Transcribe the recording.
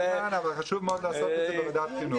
לא תוכנן אבל חשוב מאוד לעשות אותו בוועדת החינוך.